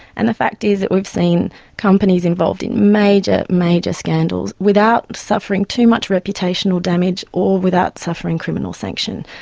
and the fact is that we've seen companies involved in major, major scandals without suffering too much reputational damage or without suffering criminal sanction.